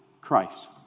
Christ